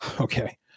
okay